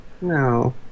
No